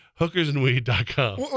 hookersandweed.com